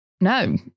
no